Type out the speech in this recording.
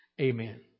Amen